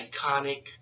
iconic